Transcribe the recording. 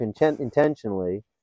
intentionally